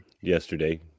Yesterday